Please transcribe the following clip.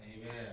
Amen